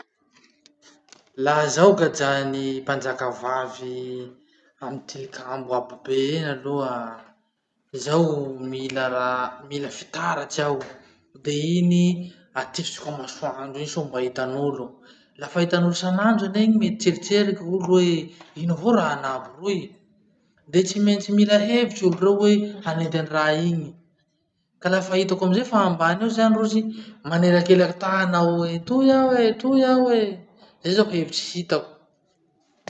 Laha zaho gadran'ny mpanjaka vavy amy tilikambo abo be eny aloha, zaho mila raha mila fitaratsy aho, de iny atifitsiko amy masoandro iny soa mba hitan'olo. Lafa hitan'olo isanandro anie iny mety tseritseriky gn'olo hoe ino avao raha anabo roy? De tsy maintsy mila hevitsy olo reo hoe hanenty any raha iny. Ka lafa hitako amizay fa ambany zany rozy, manelakelaky tana aho hoe: Toy aho e, toy aho e! Zay zao hevitsy hitako.